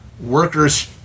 workers